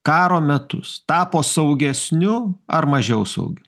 karo metus tapo saugesniu ar mažiau saugiu